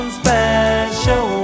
special